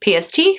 pst